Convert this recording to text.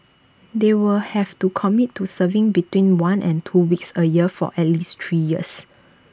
they will have to commit to serving between one and two weeks A year for at least three years